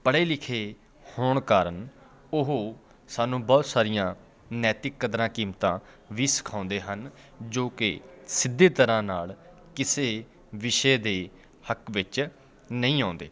ਪੜ੍ਹੇ ਲਿਖੇ ਹੋਣ ਕਾਰਨ ਉਹ ਸਾਨੂੰ ਬਹੁਤ ਸਾਰੀਆਂ ਨੈਤਿਕ ਕਦਰਾਂ ਕੀਮਤਾਂ ਵੀ ਸਿਖਾਉਂਦੇ ਹਨ ਜੋ ਕਿ ਸਿੱਧੇ ਤਰ੍ਹਾਂ ਨਾਲ ਕਿਸੇ ਵਿਸ਼ੇ ਦੇ ਹੱਕ ਵਿੱਚ ਨਹੀਂ ਆਉਂਦੇ